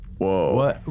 Whoa